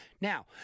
Now